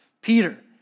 Peter